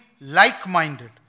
like-minded